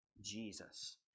Jesus